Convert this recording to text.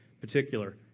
particular